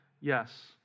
Yes